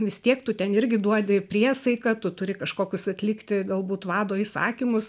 vis tiek tu ten irgi duodi priesaiką tu turi kažkokius atlikti galbūt vado